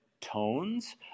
tones